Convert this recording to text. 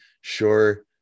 sure